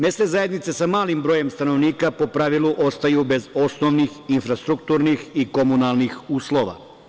Mesne zajednice sa malim brojem stanovnika po pravilu ostaju bez osnovnih infrastrukturnih i komunalnih uslova.